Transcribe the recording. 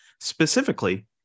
specifically